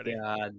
god